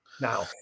now